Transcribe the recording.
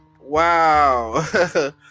wow